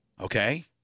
Okay